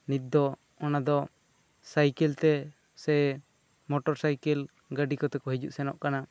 ᱱᱤᱛ ᱫᱚ ᱚᱱᱟ ᱫᱚ ᱥᱟᱭᱠᱮᱞ ᱛᱮ ᱥᱮ ᱢᱚᱴᱚᱨ ᱥᱟᱭᱠᱮᱞ ᱜᱟᱹᱰᱤ ᱠᱚᱛᱮ ᱠᱚ ᱦᱤᱡᱩᱜ ᱥᱮᱱᱚᱜ ᱠᱟᱱᱟ